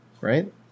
right